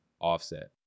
Offset